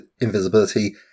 invisibility